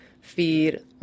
feed